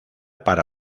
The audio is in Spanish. para